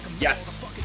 Yes